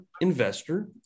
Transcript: investor